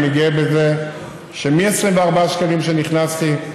ואני גאה בזה שמ-24 שקלים, כשנכנסתי,